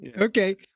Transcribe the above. Okay